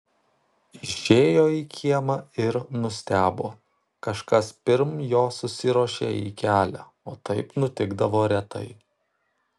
išėjo į kiemą ir nustebo kažkas pirm jo susiruošė į kelią o taip nutikdavo retai